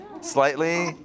Slightly